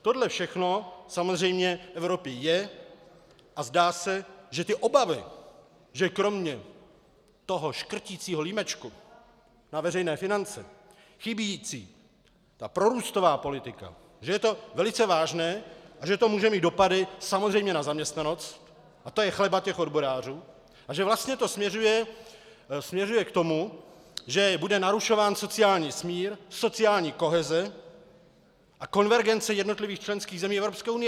Tohle všechno samozřejmě v Evropě je a zdá se, že ty obavy, že kromě toho škrticího límečku na veřejné financí chybějící ta prorůstová politika, že je to velice vážné a že to může mít dopady samozřejmě na zaměstnanost, a to je chleba těch odborářů, a že vlastně to směřuje k tomu, že bude narušován sociální smír, sociální koheze a konvergence jednotlivých členských zemí Evropské unie.